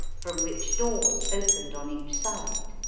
from which doors opened on each side.